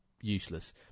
useless